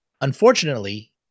Unfortunately